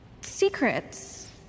Secrets